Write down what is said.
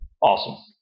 awesome